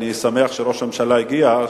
אני שמח שראש הממשלה הגיע,